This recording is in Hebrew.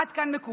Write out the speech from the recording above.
עד כאן, מקובל,